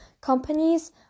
companies